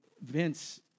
Vince